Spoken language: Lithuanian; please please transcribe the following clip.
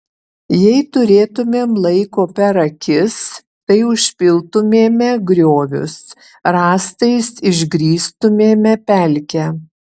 jei turėtumėm laiko per akis tai užpiltumėme griovius rąstais išgrįstumėme pelkę